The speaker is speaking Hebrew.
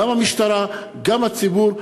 גם המשטרה וגם הציבור,